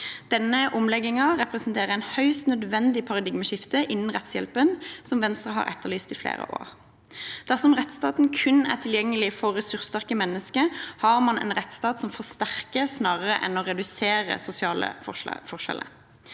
Denne omleggingen representerer et høyst nødvendig paradigmeskifte innen rettshjelpen, som Venstre har etterlyst i flere år. Dersom rettsstaten kun er tilgjengelig for ressurssterke mennesker, har man en rettsstat som forsterker sosiale forskjeller